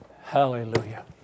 Hallelujah